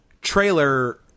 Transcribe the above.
trailer